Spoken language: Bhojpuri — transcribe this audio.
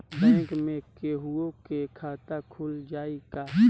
बैंक में केहूओ के खाता खुल जाई का?